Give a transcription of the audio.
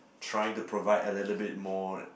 trying to provide a little bit more